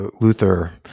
Luther